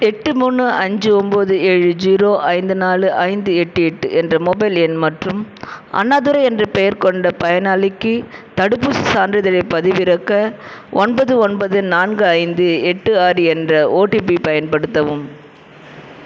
எட்டு மூணு அஞ்சு ஒம்பது ஏழு ஜீரோ ஐந்து நாலு ஐந்து எட்டு எட்டு என்ற மொபைல் எண் மற்றும் அண்ணாதுரை என்ற பெயர் கொண்ட பயனாளிக்கு தடுப்பூசி சான்றிதழைப் பதிவிறக்க ஒன்பது ஒன்பது நான்கு ஐந்து எட்டு ஆறு என்ற ஓடிபி பயன்படுத்தவும்